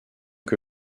que